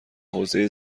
حوزه